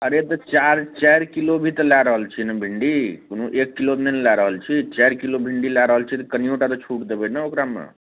अरे तऽ चार चारि किलो भी तऽ लै रहल छिए ने भिन्डी कोनो एक किलो नहि ने लै रहल छी चारि किलो भिन्डी लै रहल छी तऽ कनिओटा तऽ छूट देबै ने ओकरामे